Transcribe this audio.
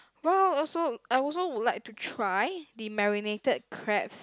well also I also would like to try the marinated crabs